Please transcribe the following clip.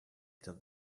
till